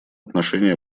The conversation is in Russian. отношении